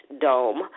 dome